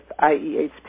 IEHP